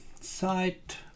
site